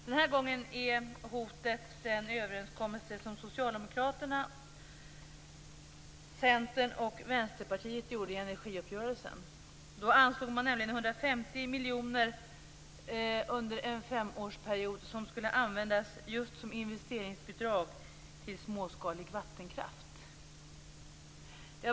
Den här gången ligger hotet i den överenskommelse som Socialdemokraterna, Centern och Vänsterpartiet gjorde i energiuppgörelsen. Då anslog man nämligen 150 miljoner kronor som under en femårsperiod skulle användas som investeringsbidrag till småskalig vattenkraft.